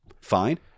Fine